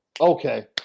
Okay